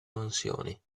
mansioni